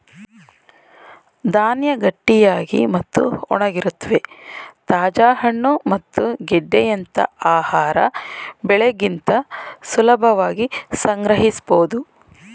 ಧಾನ್ಯ ಗಟ್ಟಿಯಾಗಿ ಮತ್ತು ಒಣಗಿರುತ್ವೆ ತಾಜಾ ಹಣ್ಣು ಮತ್ತು ಗೆಡ್ಡೆಯಂತ ಆಹಾರ ಬೆಳೆಗಿಂತ ಸುಲಭವಾಗಿ ಸಂಗ್ರಹಿಸ್ಬೋದು